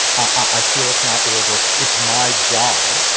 i feel it's not order. it's my job.